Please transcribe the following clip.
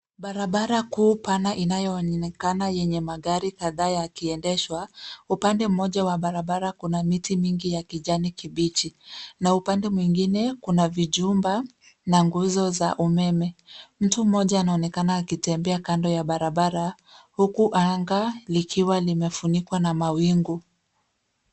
Barabara kuu pana inayoonekana yenye magari kadhaa yakiendeshwa. Upande mmoja wa barabara kuna miti mingi ya kijani kibichi. Na upande mwingine kuna vijumba na nguzo za umeme. Mtu mmoja anaonekana akitembea kando ya barabara huku anga likiwa limefunikwa na mawingu.